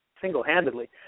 single-handedly